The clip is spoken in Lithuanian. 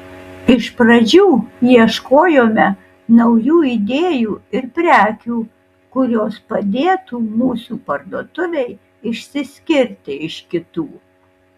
iš pradžių ieškojome naujų idėjų ir prekių kurios padėtų mūsų parduotuvei išsiskirti iš kitų